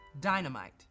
dynamite